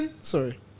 sorry